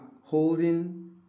holding